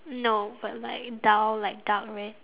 no but like dull like dark red